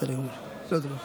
חוק המאבק בטרור (תיקון מס' 10), התשפ"ד 2023,